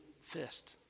fist